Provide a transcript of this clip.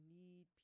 need